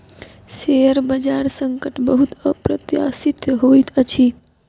share बजार संकट बहुत अप्रत्याशित होइत अछि